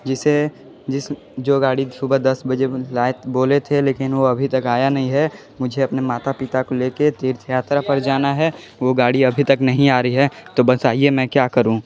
जिससे जो गाड़ी सुबह दस बजे बोले थे लेकिन वह अभी तक आया नहीं है मुझे अपने माता पिता को लेकर तीर्थ यात्रा पर जाना है वो गाड़ी अभी तक नहीं आ रही है तो बताइए मैं क्या करूं